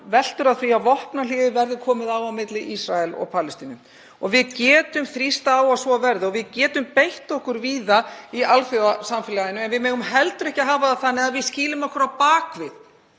veltur á því að vopnahléi verði komið á milli Ísraels og Palestínu. Við getum þrýst á að svo verði og við getum beitt okkur víða í alþjóðasamfélaginu. En við megum heldur ekki hafa það þannig að við skýlum okkur á bak við